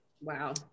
Wow